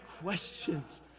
questions